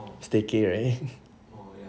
staycay right